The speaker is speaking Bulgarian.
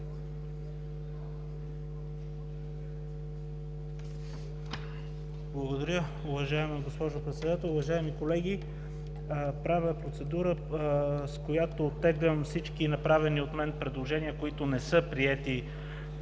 Благодаря, уважаема госпожо Председател. Уважаеми колеги, правя процедура, с която оттеглям всички направени от мен предложения, които не са приети